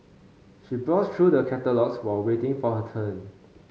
she browsed through the catalogues while waiting for her turn